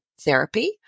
therapy